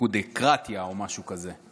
ליכודקרטיה או משהו כזה.